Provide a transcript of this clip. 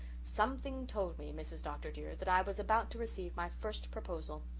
something told me, mrs. dr. dear, that i was about to receive my first proposal.